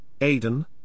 Aiden